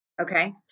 Okay